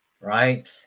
right